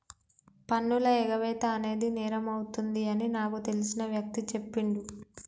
పన్నుల ఎగవేత అనేది నేరమవుతుంది అని నాకు తెలిసిన వ్యక్తి చెప్పిండు